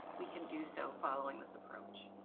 we can do so following this approach?